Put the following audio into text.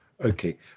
okay